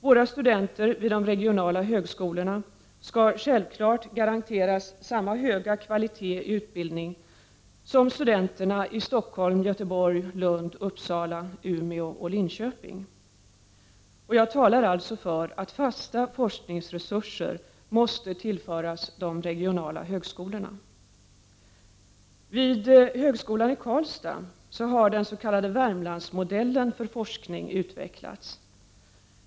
Våra studenter vid de regionala högskolorna skall självfallet garanteras samma höga kvalitet i utbildningen som studenterna i Stockholm, Göteborg, Lund, Uppsala, Umeå och Linköping. Jag talar alltså för att fasta forskningsresurser skall tillföras de regionala högskolorna. Vid högskolan i Karlstad har den s.k. Värmlandsmodellen för forskning utvecklats.